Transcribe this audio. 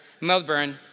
Melbourne